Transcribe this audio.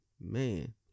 Man